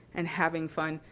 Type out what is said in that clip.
and having fun,